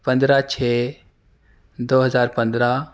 پندرہ چھ دو ہزار پندرہ